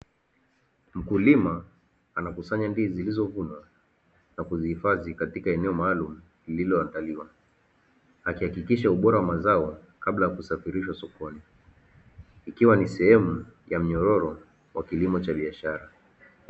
Mkulima anakusanya ndizi zilizovunwa na kuzihifadhi katika eneo maalumu lililoandaliwa, akihakikisha ubora wa mazao kabla ya kusafirishwa sokoni; ikiwa ni sehemu ya mnyororo wa kilimo cha biashara.